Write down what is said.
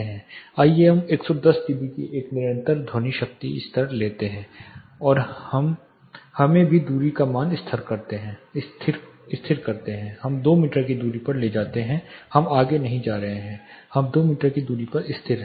आइए हम 110 dB की एक निरंतर ध्वनि शक्ति स्तर लेते हैं और हमें भी दूरी मान को स्थिर करते हैं हमें 2 मीटर की दूरी पर ले जाते हैं हम आगे नहीं जा रहे हैं हम 2 मीटर की दूरी पर स्थिर हैं